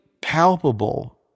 palpable